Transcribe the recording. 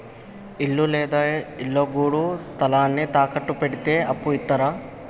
ఇల్లు లేదా ఇళ్లడుగు స్థలాన్ని తాకట్టు పెడితే అప్పు ఇత్తరా?